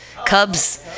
cubs